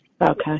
Okay